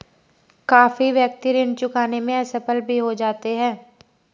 काफी व्यक्ति ऋण चुकाने में असफल भी हो जाते हैं